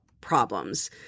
problems